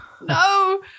No